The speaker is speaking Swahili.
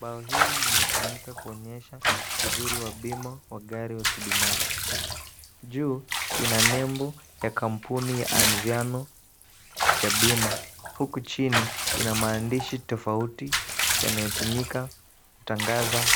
Bao hili limetumika kuonyesha uzuri wa bima wa gari wa kibinafsi. Juu ina nembo ya kampuni ya Anziano ya bima huku chini ina maandishi tofauti yanayotumika kutangaza